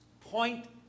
point